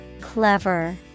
Clever